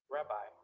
Rabbi